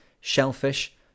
shellfish